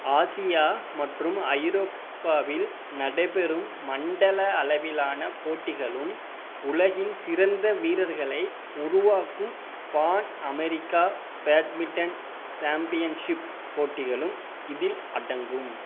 Asia மற்றும் ஐரோப்பாவில் நடைபெறும் மண்டல அளவிலான போட்டிகளும் உலகின் சிறந்த வீரர்களை உருவாக்கும் பான் அமெரிக்கா பேட்மிட்டன் சாம்பியன்ஷிப் போட்டிகளும் இதில் அடங்கும்